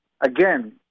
again